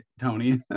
Tony